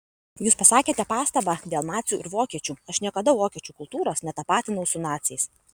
jūs pasakėte pastabą dėl nacių ir vokiečių aš niekada vokiečių kultūros netapatinau su naciais